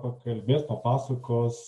pakalbės papasakos